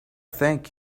thank